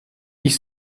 ich